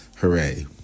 hooray